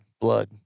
blood